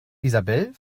isabel